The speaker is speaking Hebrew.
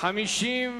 התשס"ח 2008, נתקבלה.